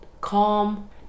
calm